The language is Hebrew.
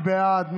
מי בעד?